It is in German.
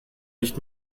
nicht